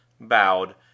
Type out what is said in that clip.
bowed